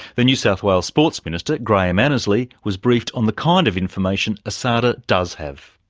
the new south wales sports minister graham annesley was briefed on the kind of information asada does have.